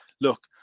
look